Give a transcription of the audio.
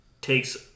takes